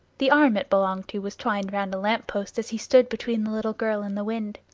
the arm it belonged to was twined round a lamp-post as he stood between the little girl and the wind.